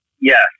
Yes